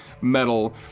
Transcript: metal